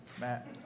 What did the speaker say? Matt